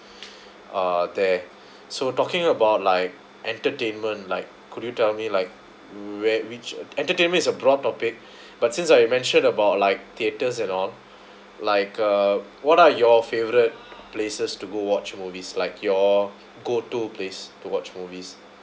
uh there so talking about like entertainment like could you tell me like where which entertainment is a broad topic but since like you mentioned about like theatres and all like uh what are your favourite places to go watch movies like your go to place to watch movies